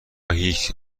هیچ